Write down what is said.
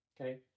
okay